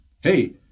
Hey